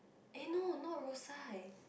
eh no not Rosyth